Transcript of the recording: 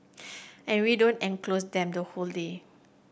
and we don't enclose them the whole day